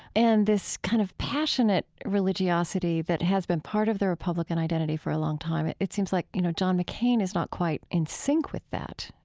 and this kind of passionate religiosity that has been part of the republican identity for a long time, it it seems like you know john mccain is not quite in sync with that.